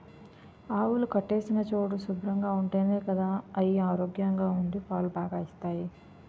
ఆవులు కట్టేసిన చోటు శుభ్రంగా ఉంటేనే గదా అయి ఆరోగ్యంగా ఉండి పాలు బాగా ఇస్తాయి